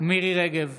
מירי מרים רגב,